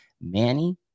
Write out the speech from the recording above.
Manny